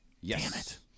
Yes